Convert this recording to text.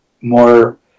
more